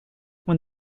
when